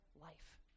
life